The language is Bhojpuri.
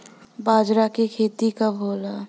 बजरा के खेती कब होला?